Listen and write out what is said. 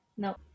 No